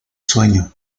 sueño